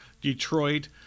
Detroit